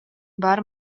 баар